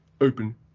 open